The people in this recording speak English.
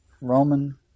Roman